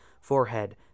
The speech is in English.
Forehead